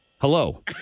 Hello